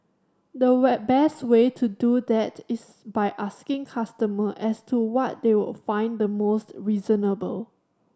the best way to do that is by asking customer as to what they would find the most reasonable